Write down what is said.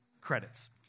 Credits